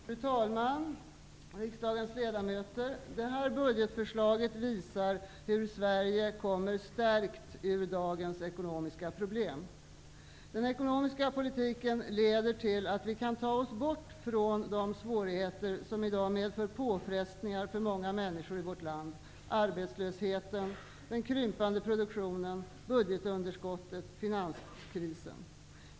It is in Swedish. Fru talman! Riksdagens ledamöter! Det här budgetförslaget visar hur Sverige kommer stärkt ur dagens ekonomiska problem. Den ekonomiska politiken leder till att vi kan ta oss bort från de svårigheter som i dag medför påfrestningar för många människor i vårt land: arbetslösheten, den krympande produktionen, budgetunderskottet, finanskrisen.